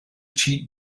cheat